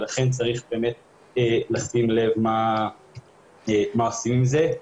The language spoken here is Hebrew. לכן צריך לשים לב מה עושים עם זה.